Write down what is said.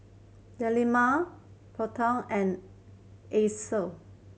Delima Putra and Alyssa